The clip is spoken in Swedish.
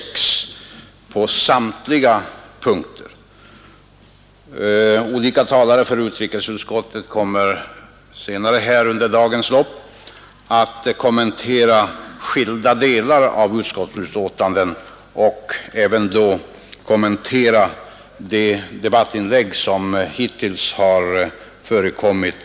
Olika talare för utrikesutskottet kommer under dagens lopp att kommentera skilda delar av betänkandena och de debattinlägg som hittills har gjorts.